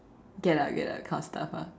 get out get out kind of stuff ah